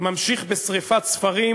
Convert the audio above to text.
ממשיך בשרפת ספרים,